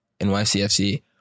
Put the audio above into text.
NYCFC